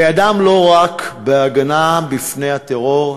וידם לא רק בהגנה מפני הטרור,